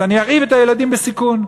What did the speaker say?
אז אני ארעיב את הילדים בסיכון,